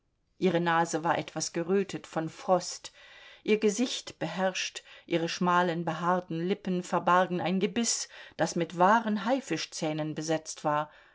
ihre nase war etwas gerötet von frost ihr gesicht beherrscht ihre schmalen behaarten lippen verbargen ein gebiß das mit wahren haifischzähnen besetzt war